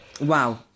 Wow